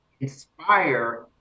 inspire